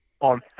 on